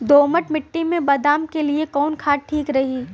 दोमट मिट्टी मे बादाम के लिए कवन खाद ठीक रही?